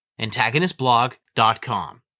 antagonistblog.com